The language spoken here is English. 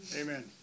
Amen